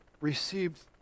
received